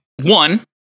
One